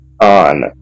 On